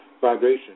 vibration